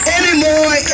anymore